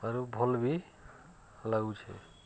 ମ ଭଲ୍ ବି ଲାଗୁଛେ